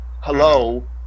Hello